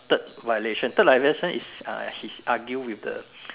third violation third violation is uh she argue with the